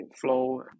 flow